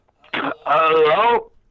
Hello